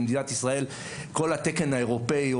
במדינת ישראל כל התקן האירופאי או